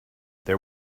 there